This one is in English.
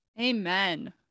Amen